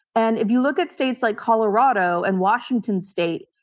and if you look at states like colorado and washington state,